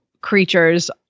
creatures